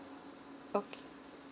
okay